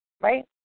right